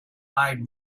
eyed